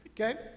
okay